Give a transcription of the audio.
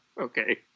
okay